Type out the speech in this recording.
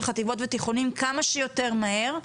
חטיבות ביניים ותיכונים כמה שיותר מהר,